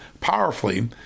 powerfully